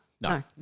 No